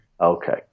Okay